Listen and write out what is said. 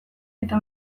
eta